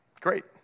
great